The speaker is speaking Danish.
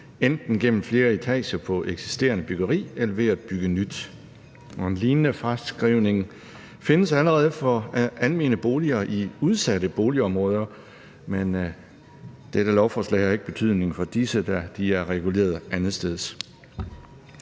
enten gennem flere etager på et eksisterende byggeri eller ved at bygge nyt. En lignende fraskrivning findes allerede for almene boliger i udsatte boligområder, men dette lovforslag har jo ikke betydning for disse, da de er reguleret andetsteds.